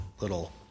little